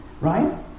right